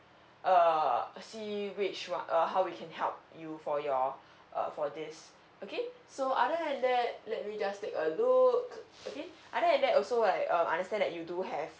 err see which what uh how we can help you for your uh for this okay so other than that let me just take a look okay other than that also like um understand that you do have